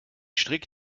strick